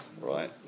Right